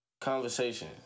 Conversation